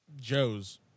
Joe's